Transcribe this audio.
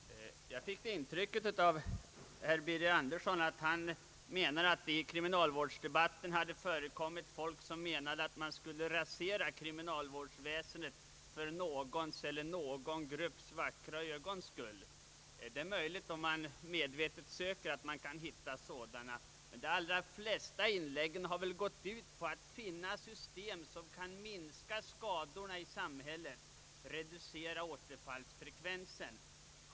Herr talman! Jag fick det intrycket av herr Birger Anderssons anförande att han menar att det i kriminalvårdsdebatten förekommit talare som ansåg att man skulle rasera kriminalvårdsväsendet för någons eller någon grupps vackra ögons skull. Det är möjligt att man om man medvetet söker kan hitta något sådant uttalande. Men de allra flesta inläggen har väl gått ut på att finna ett system som kan minska skadorna i samhället, reducera återfallsfrekvensen.